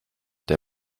der